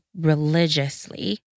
religiously